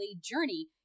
journey